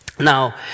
Now